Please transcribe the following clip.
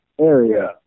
area